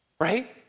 right